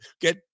Get